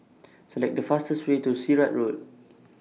Select The fastest Way to Sirat Road